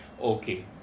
okay